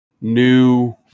new